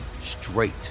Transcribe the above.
straight